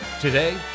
Today